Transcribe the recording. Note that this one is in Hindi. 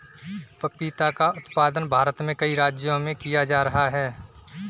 पपीता का उत्पादन भारत में कई राज्यों में किया जा रहा है